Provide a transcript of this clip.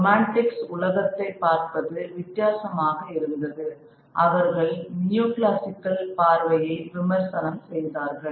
romantics உலகத்தைப் பார்ப்பது வித்தியாசமாக இருந்தது அவர்கள் நியோகிளாசிக்கல் பார்வையை விமர்சனம் செய்தார்கள்